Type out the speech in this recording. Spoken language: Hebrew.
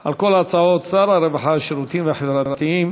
על כל ההצעות שר הרווחה והשירותים החברתיים